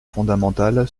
fondamental